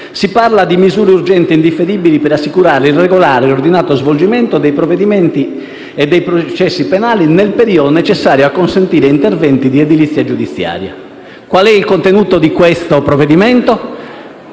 Si parla di «misure urgenti e indifferibili per assicurare il regolare e ordinato svolgimento dei procedimenti e dei processi penali nel periodo necessario a consentire interventi di edilizia giudiziaria». Qual è il contenuto del provvedimento?